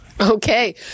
Okay